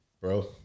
bro